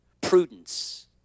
Prudence